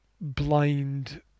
blind